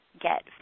get